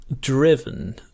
driven